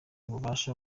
ububasha